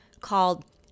called